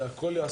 אנחנו אם צריך,